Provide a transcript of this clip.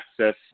access